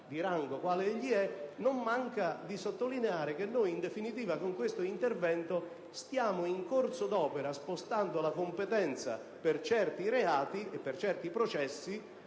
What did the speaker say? di rango quale egli è, non manca di sottolineare che in definitiva, con questo provvedimento, stiamo spostando in corso d'opera la competenza per certi reati e per certi processi